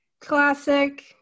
classic